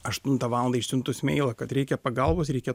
aštuntą valandą išsiuntus meilą kad reikia pagalbos reikia